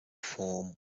form